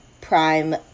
prime